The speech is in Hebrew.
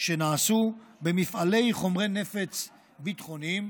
שנעשו במפעלי חומרי נפץ ביטחוניים,